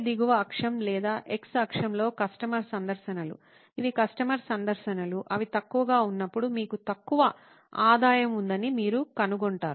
దిగువ అక్షం లేదా x అక్షంలో కస్టమర్ సందర్శనలు ఇవి కస్టమర్ సందర్శనలు అవి తక్కువగా ఉన్నప్పుడు మీకు తక్కువ ఆదాయం ఉందని మీరు కనుగొంటారు